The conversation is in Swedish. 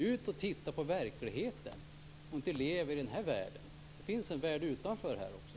Ut och titta på verkligheten! Lev inte bara i den här världen! Det finns en värld utanför också.